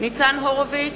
ניצן הורוביץ,